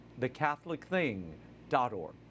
thecatholicthing.org